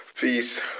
Peace